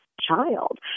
child